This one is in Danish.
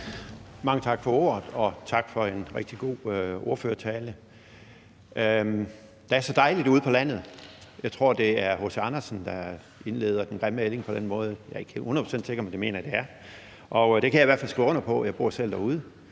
Mange tak for ordet, og tak for en rigtig god ordførertale. Der er så dejligt ude på landet – jeg tror, det er H.C. Andersen, der indleder »Den grimme ælling« på den måde; jeg er ikke hundrede procent sikker, men det mener jeg det er. Og det kan jeg i hvert fald skrive under på. Jeg bor selv derude,